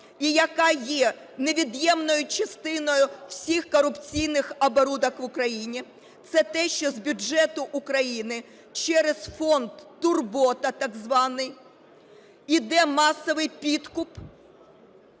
і яка є невід'ємною частиною всіх корупційних оборудок в Україні, - це те, що з бюджету України через фонд "Турбота" так званий іде масовий підкуп…